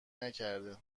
نکرده